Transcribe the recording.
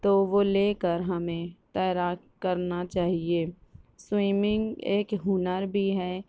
تو وہ لے کر ہمیں تیراک کرنا چاہیے سوئمنگ ایک ہنر بھی ہے